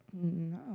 No